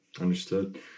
Understood